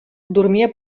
dormia